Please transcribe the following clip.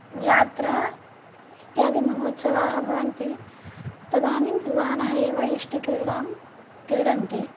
जात्रा इत्यादिमहोत्सवाः भवन्ति तदानीं युवानः एव यष्टिक्रीडां क्रीडन्ति